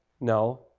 No